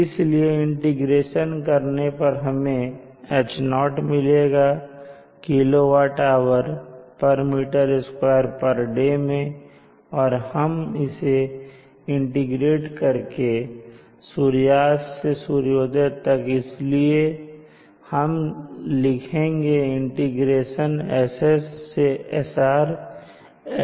इसलिए इंटीग्रेशन करने पर हमें H0 मिलेगा kWhm2 day मैं और हम इसे इंटीग्रेट करेंगे सूर्यास्त से सूर्योदय तक इसलिए हम लिखेंगे इंटीग्रेशन SS से SR LZ d𝝎